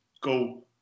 go